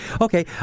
Okay